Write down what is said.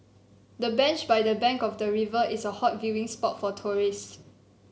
the bench by the bank of the river is a hot viewing spot for tourists